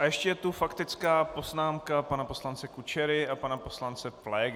A ještě je tu faktická poznámka pana poslance Kučery a pana poslance Pflégera.